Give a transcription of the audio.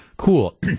Cool